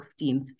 15th